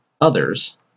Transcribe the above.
Others